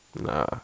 Nah